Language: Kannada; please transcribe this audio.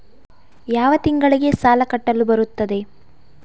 ಯಾವ ತಿಂಗಳಿಗೆ ಸಾಲ ಕಟ್ಟಲು ಬರುತ್ತದೆ?